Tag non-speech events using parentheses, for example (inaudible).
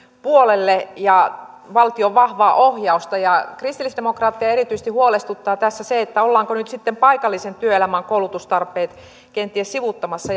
puolelle ja valtion vahvaa ohjausta kristillisdemokraatteja erityisesti huolestuttaa tässä se ollaanko nyt sitten paikallisen työelämän koulutustarpeet kenties sivuuttamassa (unintelligible)